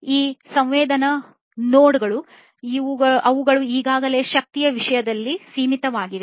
ಈ ಸಂವೇದಕ ನೋಡ್ಗಳು ಅವುಗಳು ಈಗಾಗಲೇ ಶಕ್ತಿಯ ವಿಷಯದಲ್ಲಿ ಸೀಮಿತವಾಗಿವೆ